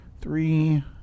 three